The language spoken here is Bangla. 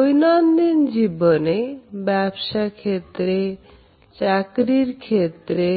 দৈনন্দিন জীবনে ব্যবসাক্ষেত্রে চাকরির ক্ষেত্রে